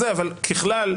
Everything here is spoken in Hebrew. אבל ככלל,